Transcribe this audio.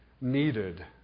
needed